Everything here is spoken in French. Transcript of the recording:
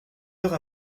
heure